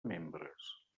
membres